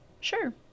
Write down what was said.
Sure